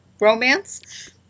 romance